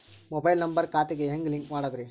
Mobile number ಖಾತೆ ಗೆ ಹೆಂಗ್ ಲಿಂಕ್ ಮಾಡದ್ರಿ?